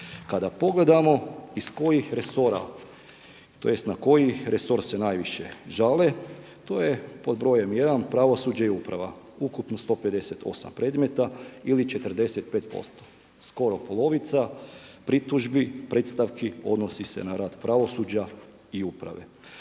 Kada pogledamo iz kojih resora tj. na koji resor se najviše žale to je pod brojem 1. pravosuđe i uprava ukupno 158 predmeta ili 45%, skoro polovica pritužbi, predstavki odnosi se na rad pravosuđa i uprave.